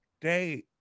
day